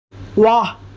واہ